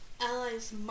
allies